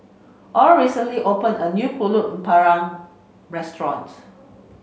Oral recently opened a new Pulut panggang Restaurant